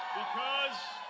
because,